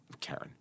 Karen